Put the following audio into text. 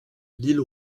lille